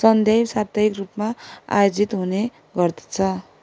सन्ध्याइ साप्ताहिक रूपमा आयोजित हुने गर्दछ